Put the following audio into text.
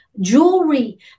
jewelry